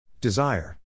Desire